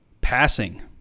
Passing